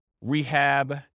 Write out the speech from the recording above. rehab